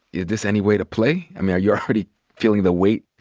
is this any way to play? i mean, are you already feeling the weight?